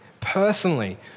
personally